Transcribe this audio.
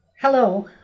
Hello